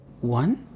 One